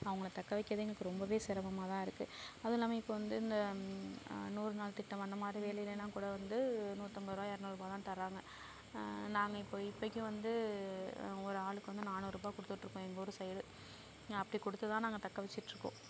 அவங்கள தக்க வைக்கவே எங்களுக்கு ரொம்பவே சிரமமாகதான் இருக்குது அதுவும் இல்லாமல் இப்போ வந்து இந்த நூறு நாள் திட்டம் அந்த மாதிரி வேலையிலலாம் கூட வந்து நூற்றம்பது ரூபா இரநூருபாலாம் தர்றாங்க நாங்கள் இப்போ இப்பைதைக்கு வந்து அவங்க ஒரு ஆளுக்கு வந்து நானூறு ருபாய் கொடுத்துட்ருக்கோம் எங்கள் ஊர் சைட் அப்படி கொடுத்துதான் நாங்கள் தக்க வச்சிகிட்டிருக்கோம்